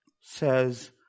says